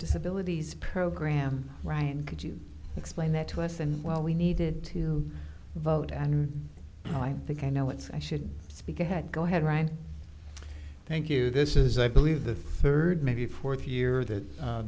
disability program ryan could you explain that to us and well we needed to vote and i think i know it's i should speak ahead go ahead write thank you this is i believe the third maybe fourth year that